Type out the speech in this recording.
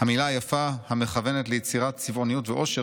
המילה היפה המכוונת ליצירת צבעוניות ואושר,